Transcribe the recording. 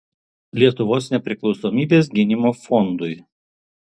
lietuvos nepriklausomybės gynimo fondui